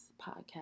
podcast